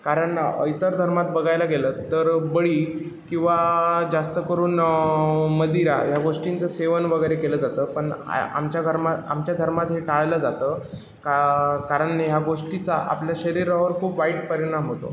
कारण इतर धर्मात बघायला गेलं तर बळी किंवा जास्त करून मदिरा ह्या गोष्टींचं सेवन वगैरे केलं जातं पण आमच्या धर्मात आमच्या धर्मात हे टाळलं जातं का कारण ह्या गोष्टीचा आपल्या शरीरावर खूप वाईट परिणाम होतो